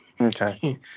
Okay